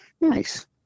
Nice